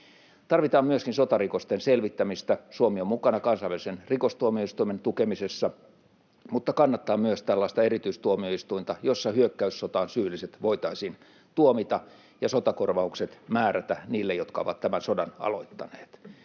Tarvitaan myöskin sotarikosten selvittämistä. Suomi on mukana kansainvälisen rikostuomioistuimen tukemisessa mutta kannattaa myös tällaista erityistuomioistuinta, jossa hyökkäyssotaan syylliset voitaisiin tuomita ja sotakorvaukset määrätä niille, jotka ovat tämän sodan aloittaneet.